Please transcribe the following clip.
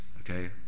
okay